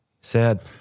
sad